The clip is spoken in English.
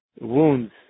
wounds